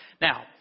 Now